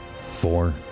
four